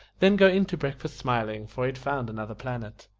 then go in to breakfast smiling, for he'd found another planet.